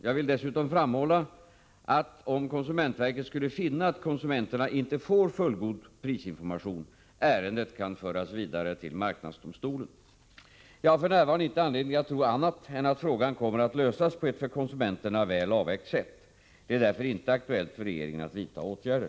Jag vill dessutom framhålla att — om konsumentverket skulle finna att konsumenterna inte får fullgod prisinformation — ärendet kan föras vidare till marknadsdomstolen. Jag har f.n. inte anledning att tro annat än att frågan kommer att lösas på ett för konsumenterna väl avvägt sätt. Det är därför inte aktuellt för regeringen att vidta åtgärder.